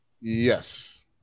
Yes